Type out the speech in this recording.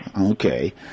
Okay